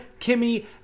Kimmy